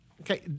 Okay